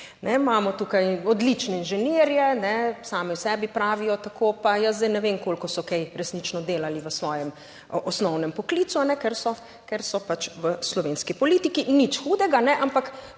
imamo tukaj odlične inženirje, ne, sami sebi pravijo tako, pa jaz zdaj ne vem, koliko so kaj resnično delali v svojem osnovnem poklicu, ker so, ker so pač v slovenski politiki in nič hudega, ne.